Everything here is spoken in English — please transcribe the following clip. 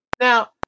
Now